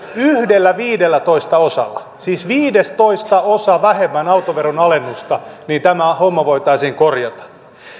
yhdellä viidestoistaosalla siis viidestoistaosa vähemmän autoveron alennusta niin tämä homma voitaisiin korjata